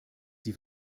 die